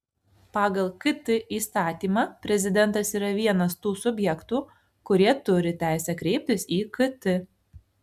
pagal kt įstatymą prezidentas yra vienas tų subjektų kurie turi teisę kreiptis į kt